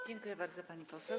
Dziękuję bardzo, pani poseł.